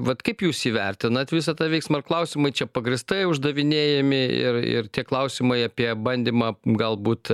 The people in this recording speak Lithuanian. vat kaip jūs įvertinat visą tą veiksmą ar klausimai čia pagrįstai uždavinėjami ir ir tie klausimai apie bandymą galbūt